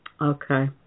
Okay